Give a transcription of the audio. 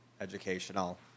educational